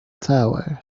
tower